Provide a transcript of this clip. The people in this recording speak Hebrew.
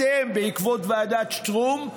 אתם, בעקבות ועדת שטרום,